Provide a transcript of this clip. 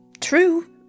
true